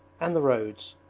and the roads,